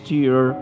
year